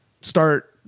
start